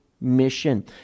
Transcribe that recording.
mission